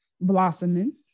blossoming